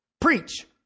Preach